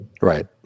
Right